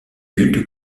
culte